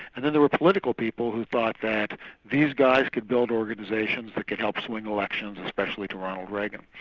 and then there were political people who thought that these guys could build organisations that could help swing elections especially to ronald reagan,